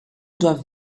doivent